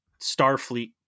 Starfleet